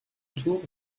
tour